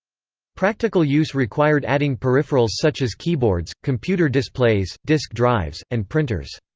practical use required adding peripherals such as keyboards, computer displays, disk drives, and printers.